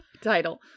title